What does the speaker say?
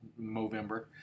Movember